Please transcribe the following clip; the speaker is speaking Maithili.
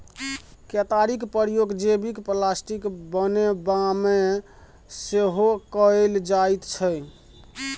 केतारीक प्रयोग जैबिक प्लास्टिक बनेबामे सेहो कएल जाइत छै